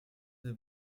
des